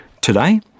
Today